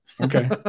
okay